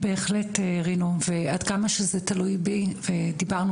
בהחלט רינו ועד כמה שזה תלוי בי ודיברנו